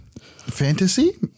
Fantasy